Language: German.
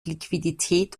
liquidität